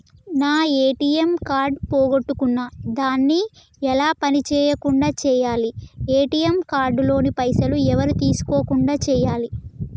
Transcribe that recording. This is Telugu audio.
నా ఏ.టి.ఎమ్ కార్డు పోగొట్టుకున్నా దాన్ని ఎలా పని చేయకుండా చేయాలి ఏ.టి.ఎమ్ కార్డు లోని పైసలు ఎవరు తీసుకోకుండా చేయాలి?